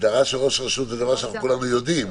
הגדרה של ראש רשות, זה דבר שכולנו יודעים.